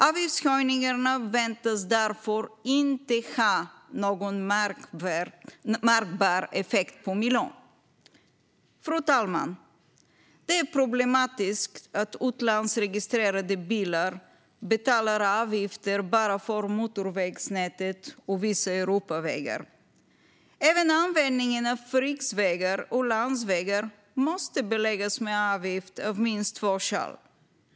Avgiftshöjningarna väntas därför inte ha någon märkbar effekt på miljön." Fru talman! Det är problematiskt att utlandsregistrerade bilar betalar avgifter bara för motorvägsnätet och vissa Europavägar. Även användningen av riksvägar och landsvägar måste beläggas med avgift, av minst två skäl.